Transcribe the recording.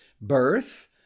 birth